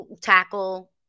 tackle